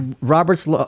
Robert's